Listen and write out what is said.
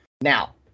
Now